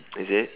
is it